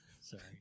Sorry